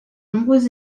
nombreux